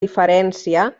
diferència